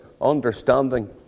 understanding